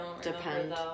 depend